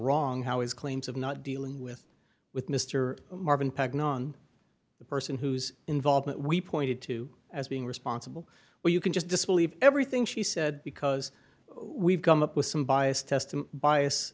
wrong how is claims of not dealing with with mr marvin peg non the person who's involvement we pointed to as being responsible where you can just disbelieve everything she said because we've come up with some biased testim bias